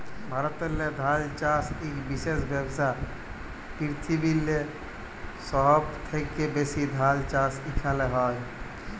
ভারতেল্লে ধাল চাষ ইক বিশেষ ব্যবসা, পিরথিবিরলে সহব থ্যাকে ব্যাশি ধাল চাষ ইখালে হয়